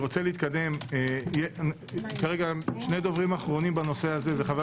חבר הכנסת מקלב.